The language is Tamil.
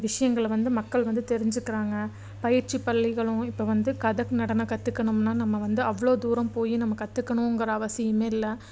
விஷயங்கள வந்து மக்கள் வந்து தெரிஞ்சுக்கிறாங்க பயிற்சி பள்ளிகளும் இப்போ வந்து கதக் நடனம் கத்துக்குணும்னா நம்ம வந்து அவ்வளோ தூரம் போயி நம்ம கத்துக்கணுங்கிற அவசியம் இல்லை